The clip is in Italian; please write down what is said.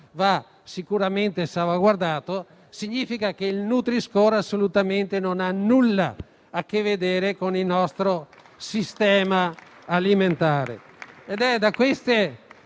va sicuramente salvaguardato e che il nutri-score non ha assolutamente nulla a che vedere con il nostro sistema alimentare.